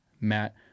Matt